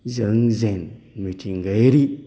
जों जेन मिथिंगायारि